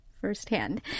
firsthand